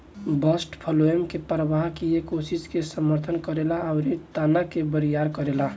bast phloem के प्रवाह किये कोशिका के समर्थन करेला अउरी तना के बरियार करेला